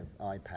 iPad